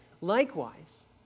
likewise